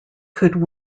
could